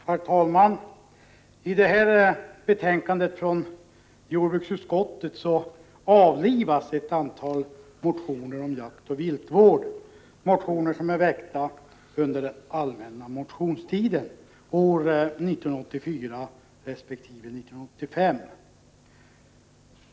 Herr talman! I det här betänkandet från jordbruksutskottet avlivas ett antal motioner om jakt och viltvård, motioner som är väckta under allmänna motionstiden år 1984 resp. 1985.